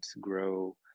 grow